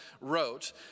wrote